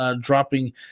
dropping